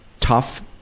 Tough